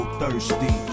thirsty